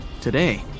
Today